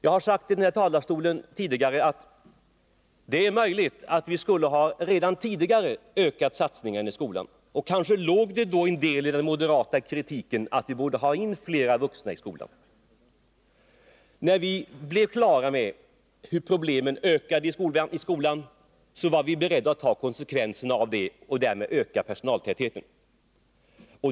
Jag har i denna talarstol förut sagt att det är möjligt att vi tidigare skulle ha ökat satsningen i skolan. Och kanske låg det en del i den moderata kritik som sade att vi borde ha in fler vuxna i skolan. Men när vi blev på det klara med hur problemen ökade i skolan, var vi beredda att ta konsekvenserna och öka personaltätheten.